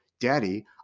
Daddy